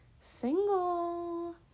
single